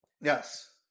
yes